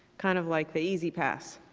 kind of like the e z pass.